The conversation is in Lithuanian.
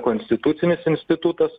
konstitucinis institutas